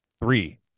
Three